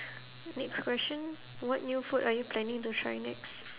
next question what new food are you planning to try next